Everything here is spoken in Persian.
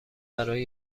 برای